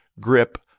grip